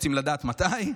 רוצים לדעת מתי?